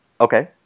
Okay